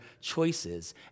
choices